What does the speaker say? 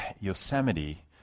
Yosemite